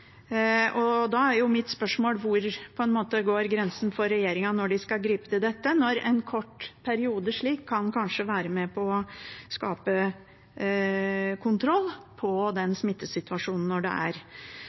Da er mitt spørsmål: Hvor går grensen for regjeringen når de skal gripe til dette, når en kort periode slik kanskje kan være med på å skape kontroll på